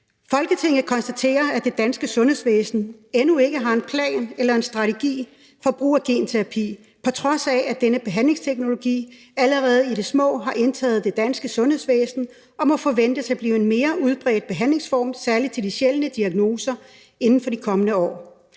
»Folketinget konstaterer, at det danske sundhedsvæsen endnu ikke har en plan eller en strategi for brug af genterapi, på trods af at denne behandlingsteknologi allerede i det små har indtaget det danske sundhedsvæsen og må forventes at blive en mere udbredt behandlingsform, særlig til de sjældne diagnoser, inden for de kommende par